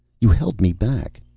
you held me back.